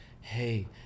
Hey